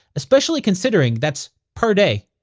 especially considering that's per day.